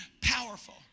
powerful